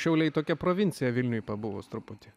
šiauliai tokia provincija vilniuj pabuvus truputį